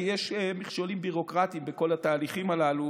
כי יש מכשולים ביורוקרטיים בכל התהליכים הללו